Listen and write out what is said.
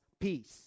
peace